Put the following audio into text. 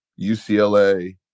UCLA